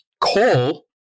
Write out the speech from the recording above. coal